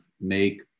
make